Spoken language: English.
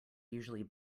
usually